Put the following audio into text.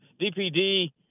DPD